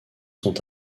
sont